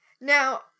Now